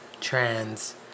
Trans